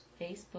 Facebook